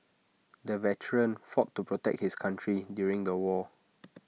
the veteran fought to protect his country during the war